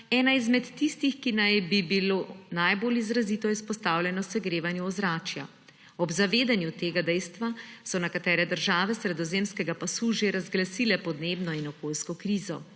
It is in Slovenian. eno izmed tistih, ki naj bi bilo najbolj izrazito izpostavljeno segrevanju ozračja. Ob zavedanju tega dejstva so nekatere države sredozemskega pasu že razglasile podnebno in okoljsko krizo.